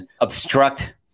obstruct